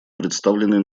представленной